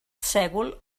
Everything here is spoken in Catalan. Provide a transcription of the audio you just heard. sègol